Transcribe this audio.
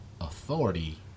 authority